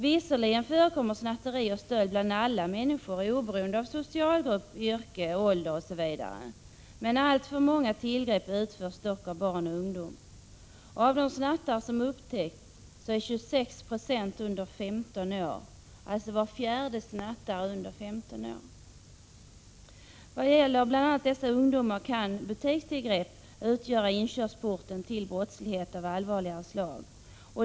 Visserligen förekommer snatteri och stöld bland alla människor oberoende av socialgrupp, yrke, ålder osv., men alltför många tillgrepp utförs dock av barn och ungdom. Av de snattare som upptäcks är 26 20 under 15 år. Var fjärde snattare är alltså under 15 år. För bl.a. dessa ungdomar kan butikstillgrepp utgöra inkörsporten till brottslighet av allvarligare slag.